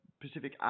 Pacific